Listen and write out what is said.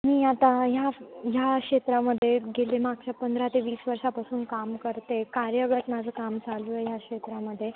मी आता ह्या ह्या क्षेत्रामध्ये गेले मागच्या पंधरा ते वीस वर्षांपासून काम करते कार्यगत माझं काम चालू आहे ह्या क्षेत्रामध्ये